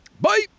Bye